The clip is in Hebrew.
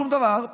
שום דבר,